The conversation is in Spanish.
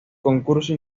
concurso